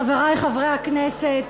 חברי חברי הכנסת,